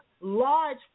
large